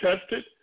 tested